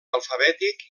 alfabètic